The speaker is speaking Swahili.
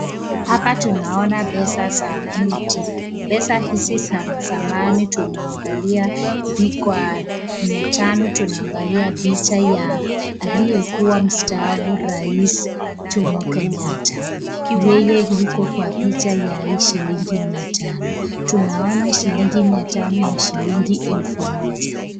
Hapa tunaona pesa za mtu. Pesa hizi za zamani tunaangalia kwa mia tano tunaangalia picha ya aliyekuwa mstaafu rais, Jomo Kenyatta. Yeye yuko kwa picha ya hii shillingi mia tano. Tunaona shillingi mia tano na shillingi elfu moja